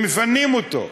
ומפנים אותו,